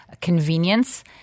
convenience